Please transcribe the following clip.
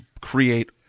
create –